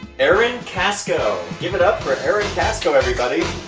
aaron casco, give it up for aaron casco everybody